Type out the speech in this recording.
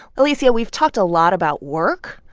alicia, we've talked a lot about work.